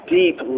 deep